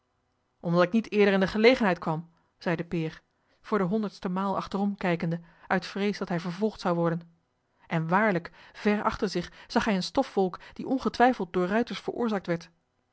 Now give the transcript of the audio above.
omdat ik niet eerder in de gelegenheid kwam zeide peer voor de honderdste maal achterom kijkende uit vrees dat hij vervolgd zou worden en waarlijk ver achter zich zag hij eene stofwolk die ongetwijfeld door ruiters veroorzaakt werd